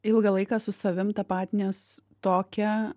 ilgą laiką su savim tapatinies tokia